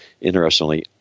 interestingly